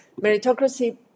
meritocracy